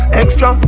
extra